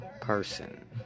person